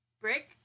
Brick